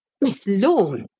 miss lorne!